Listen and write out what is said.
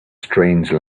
strange